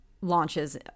launches